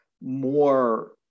more